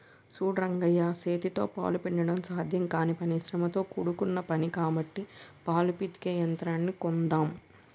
సూడు రంగయ్య సేతితో పాలు పిండడం సాధ్యం కానీ పని శ్రమతో కూడుకున్న పని కాబట్టి పాలు పితికే యంత్రాన్ని కొందామ్